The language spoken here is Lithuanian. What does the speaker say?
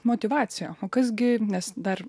motyvaciją o kas gi nes dar